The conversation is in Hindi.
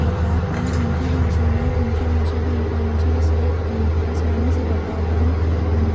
बता पाऍं उनकी भाषा में उनकी भाषा भी उनको आनी चाहिए जिससे वो आसानी से बता पाऍं उन